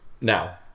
now